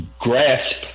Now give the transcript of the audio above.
grasp